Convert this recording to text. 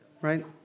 right